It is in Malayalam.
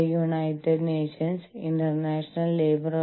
ബിസിനസ്സിന്റെ അന്താരാഷ്ട്രവൽക്കരണം